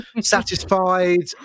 satisfied